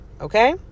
Okay